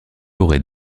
auraient